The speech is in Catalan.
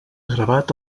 gravat